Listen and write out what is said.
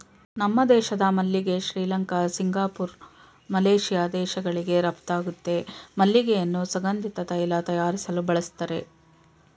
ನಮ್ಮ ದೇಶದ ಮಲ್ಲಿಗೆ ಶ್ರೀಲಂಕಾ ಸಿಂಗಪೂರ್ ಮಲೇಶಿಯಾ ದೇಶಗಳಿಗೆ ರಫ್ತಾಗುತ್ತೆ ಮಲ್ಲಿಗೆಯನ್ನು ಸುಗಂಧಿತ ತೈಲ ತಯಾರಿಸಲು ಬಳಸ್ತರೆ